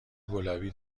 گلابی